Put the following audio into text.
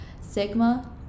Sigma